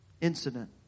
incident